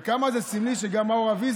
וכמה זה סמלי שגם מור אבי,